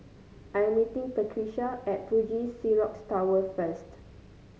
I am meeting Patricia at Fuji Xerox Tower first